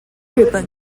日本